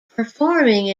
performing